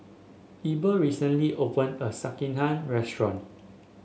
Eber recently opened a Sekihan Restaurant